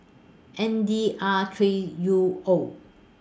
N D R three U O